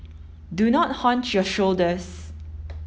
do not hunch your shoulders